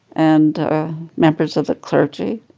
and members of the clergy,